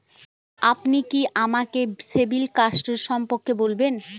আপনি কি আমাকে সিবিল স্কোর সম্পর্কে বলবেন?